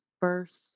first